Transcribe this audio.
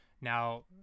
Now